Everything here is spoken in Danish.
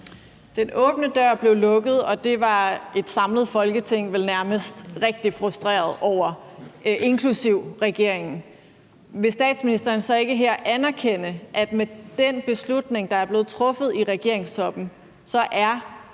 Den åbne dør blev lukket, og det var vel nærmest et samlet Folketing rigtig frustreret over, inklusive regeringen. Vil statsministeren så ikke her anerkende, at med den beslutning, der er blevet truffet i regeringstoppen, så er